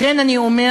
לכן אני אומר,